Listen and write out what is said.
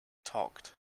talked